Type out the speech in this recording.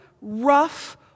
rough